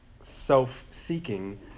self-seeking